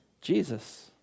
Jesus